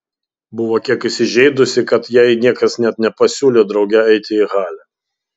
buvo kiek įsižeidusi kad jai niekas net nepasiūlė drauge eiti į halę